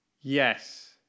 Yes